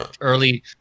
Early